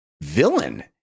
villain